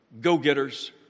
go-getters